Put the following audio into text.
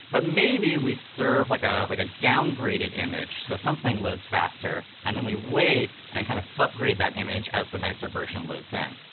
but maybe we serve like ah like a downgraded image. so something loads faster, and then we wait and kind of upgrade that image as the nicer version loads in.